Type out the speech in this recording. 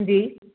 जी